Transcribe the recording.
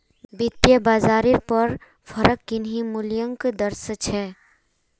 वित्तयेत बाजारेर पर फरक किन्ही मूल्योंक दर्शा छे